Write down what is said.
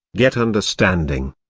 get understanding.